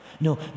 No